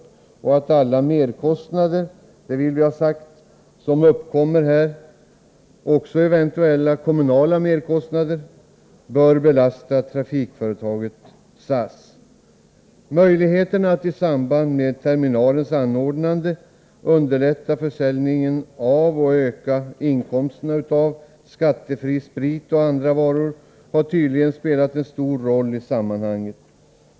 Vi kräver att alla merkostnader som uppkommer — också eventuella kommunala sådana — bör belasta trafikföretaget SAS. Möjligheterna att i samband med terminalens anordnande underlätta försäljningen och öka inkomsterna av skattefri sprit och andra varor har tydligen spelat en stor roll i sammanhanget.